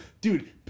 dude